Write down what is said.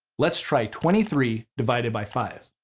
let's try twenty three divided by five.